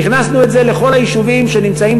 והכנסנו את זה לכל היישובים שנמצאים